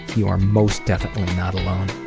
you are most definitely not alone.